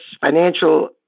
financial